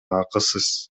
акысыз